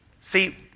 See